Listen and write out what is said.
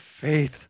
faith